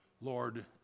Lord